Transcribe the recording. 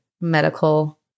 medical